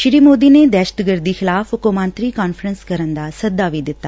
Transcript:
ਸ੍ਰੀ ਮੋਦੀ ਨੇ ਦਹਿਸ਼ਤਗਰਦੀ ਖਿਲਾਫ਼ ਕੋਮਾਂਤਰੀ ਕਾਨਫਰੰਸ ਕਰਨ ਦਾ ਸੱਦਾ ਵੀ ਦਿੱਤਾ